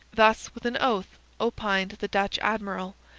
thus, with an oath, opined the dutch admiral,